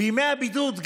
בימי הבידוד,